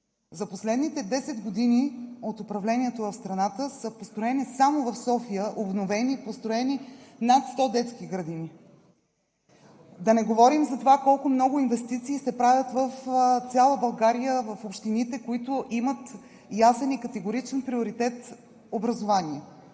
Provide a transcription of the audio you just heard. За последните 10 години от управлението в страната са построени само в София – обновени и построени, над 100 детски градини, да не говорим за това колко много инвестиции се правят в цяла България, в общините, които имат ясен и категоричен приоритет – образование.